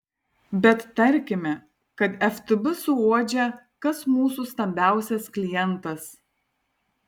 bet tarkime kad ftb suuodžia kas mūsų stambiausias klientas